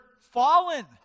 fallen